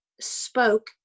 spoke